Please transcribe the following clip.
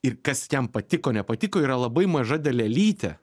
ir kas jam patiko nepatiko yra labai maža dalelytė